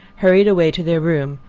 hurried away to their room,